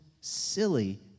silly